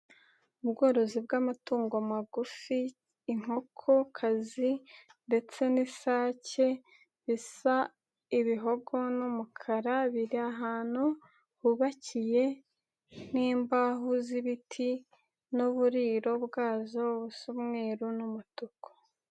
Mu bworozi bw'amatungo magufi inkokokazi ndetse n'isake bisa ibihogo n'umukara, biri ahantu hubakiye nk'imbaho z'ibiti n'uburiro bwazo busa umweru n'umutuku.